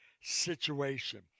situation